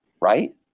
Right